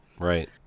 Right